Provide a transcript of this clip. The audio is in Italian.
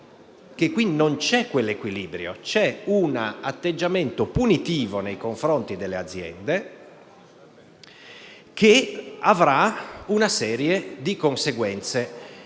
che qui non c'è quell'equilibrio, ma un atteggiamento punitivo nei confronti delle aziende, che avrà una serie di conseguenze.